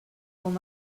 com